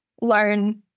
learn